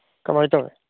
ꯀꯃꯥꯏꯅ ꯇꯧꯋꯤ